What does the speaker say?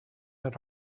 had